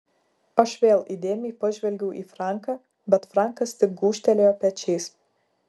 aš vėl įdėmiai pažvelgiau į franką bet frankas tik gūžtelėjo pečiais